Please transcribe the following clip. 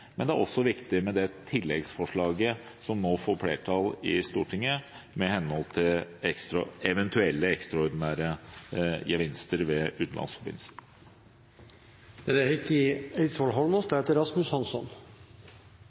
men det er også viktig med det tilleggsforslaget som nå får flertall i Stortinget, med hensyn til eventuelle ekstraordinære gevinster ved utenlandsforbindelser. La meg begynne med å drepe en myte. Det